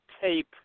tape